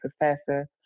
professor